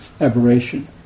aberration